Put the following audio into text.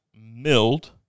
milled